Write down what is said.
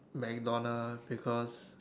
MacDonald because